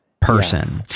person